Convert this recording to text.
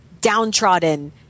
downtrodden